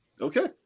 Okay